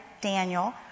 Daniel